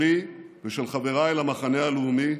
שלי ושל חבריי למחנה הלאומי,